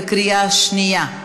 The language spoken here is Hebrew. בקריאה שנייה.